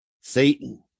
Satan